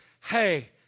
hey